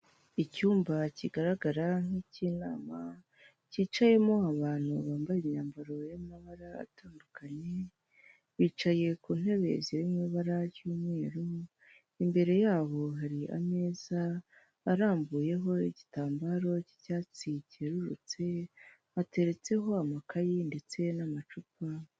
Icyumba kigaragara nk'ikinama kicayemo abantu bambaye imyambaro y'amabara atandukanye bicaye, ku ntebe zirimo ibara ry'umweru, imbere yabo hari ameza arambuyeho igitambaro cy'icyatsi cyerururutse, hateretseho amakayi ndetse n'amacupa.